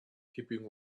keeping